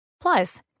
Plus